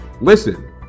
Listen